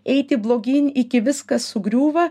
eiti blogyn iki viskas sugriūva